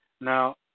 Now